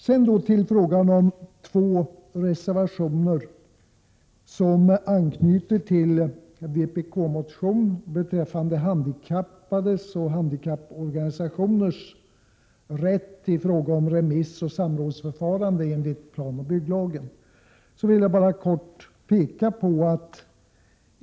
Sedan till de två reservationer som anknyter till en vpk-motion beträffande handikappades och handikapporganisationers rätt i fråga om remissoch samrådsförfarande enligt planoch bygglagen.